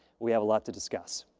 we have a lot to discuss.